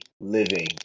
living